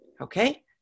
okay